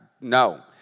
No